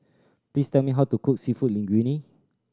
please tell me how to cook Seafood Linguine